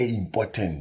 important